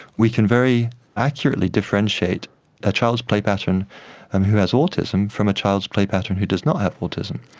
we can very accurately differentiate a child's play pattern and who has autism from a child's play pattern who does not have autism.